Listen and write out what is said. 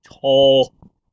tall